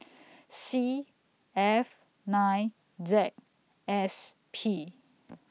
C F nine Z S P